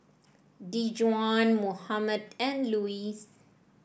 Dejuan Mohammed and Luis